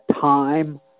time